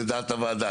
זו דעת הוועדה.